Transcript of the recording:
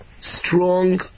strong